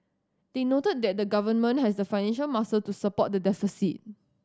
they noted that the Government has the financial muscle to support the deficit